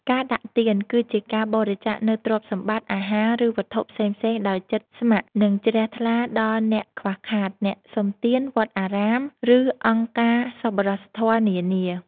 ការដាក់ទាន គឺជាការបរិច្ចាគនូវទ្រព្យសម្បត្តិ អាហារ ឬវត្ថុផ្សេងៗដោយចិត្តស្ម័គ្រ និងជ្រះថ្លាដល់អ្នកខ្វះខាត អ្នកសុំទាន វត្តអារាម ឬអង្គការសប្បុរសធម៌នានា។